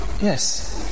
yes